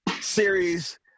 series